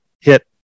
hit